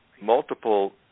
multiple